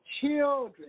children